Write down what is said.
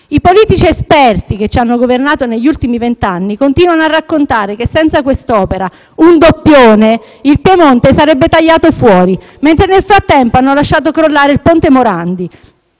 I politici esperti che ci hanno governato negli ultimi vent'anni continuano a raccontare che senza quest'opera (un doppione) il Piemonte sarebbe tagliato fuori, mentre nel frattempo hanno lasciato crollare il ponte Morandi